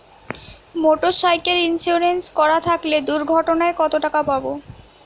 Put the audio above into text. Motorcycle insurance করা থাকলে দুঃঘটনায় কতটাকা পাব?